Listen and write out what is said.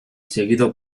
seguido